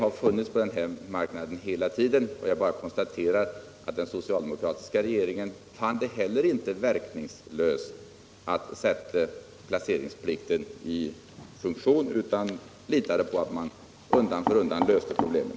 Så problem på den här marknaden har funnits hela tiden. Jag bara konstaterar att den socialdemokratiska regeringen inte heller fann det meningsfullt att sätta placeringsplikten i funktion utan litade på att man undan för undan löste problemen.